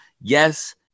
Yes